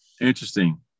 interesting